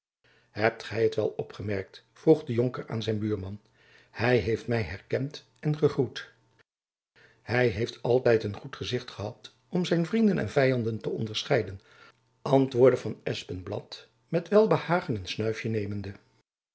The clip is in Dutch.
hebt gy t wel opgemerkt vroeg de jonker aan zijn buurman hy heeft my herkend en gegroet hy heeft altijd een goed gezicht gehad om zijn vrienden en vyanden te onderscheiden antwoordde van espenblad met welbehagen een snuifjen nemende